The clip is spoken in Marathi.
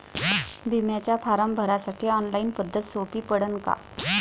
बिम्याचा फारम भरासाठी ऑनलाईन पद्धत सोपी पडन का?